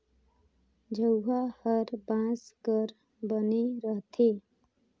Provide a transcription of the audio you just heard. झउहा हर बांस कर बइन रहथे